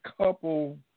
couple